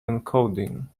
encoding